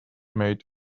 made